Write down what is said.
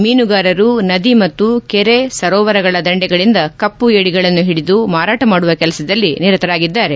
ಮೀನುಗಾರರು ನದಿ ಮತ್ತು ಕೆರೆ ಸರೋವರಗಳ ದಂಡೆಗಳಿಂದ ಕಪ್ಪು ಏಡಿಗಳನ್ನು ಹಿಡಿದು ಮಾರಾಟ ಮಾಡುವ ಕೆಲಸದಲ್ಲಿ ನಿರತರಾಗಿದ್ದಾರೆ